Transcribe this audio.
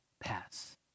pass